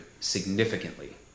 Significantly